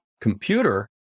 computer